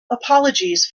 apologies